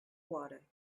water